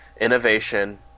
innovation